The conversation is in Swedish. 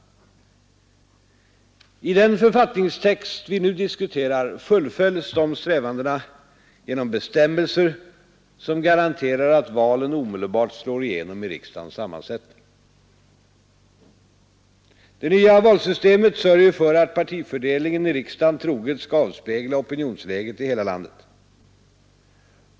I den författningstext vi nu diskuterar fullföljs de strävandena genom bestämmelser som garanterar att valen omedelbart slår igenom i riksdagens sammansättning. Det nya valsystemet sörjer för att partifördelningen i riksdagen troget skall avspegla opinionsläget i hela landet.